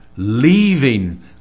leaving